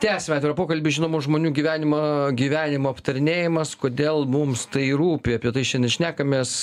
tęsiame toliau pokalbį žinomų žmonių gyvenimą gyvenimo aptarinėjimas kodėl mums tai rūpi apie tai šiandien šnekamės